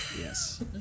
Yes